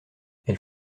elle